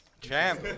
Champ